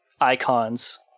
icons